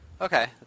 okay